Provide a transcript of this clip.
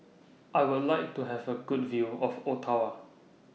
I Would like to Have A Good View of Ottawa